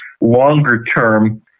longer-term